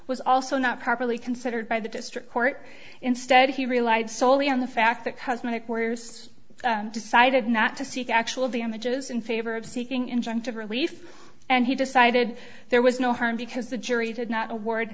was also not properly considered by the district court instead he relied solely on the fact that cosmetic workers decided not to seek actual damages in favor of seeking injunctive relief and he decided there was no harm because the jury did not a word